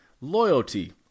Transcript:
loyalty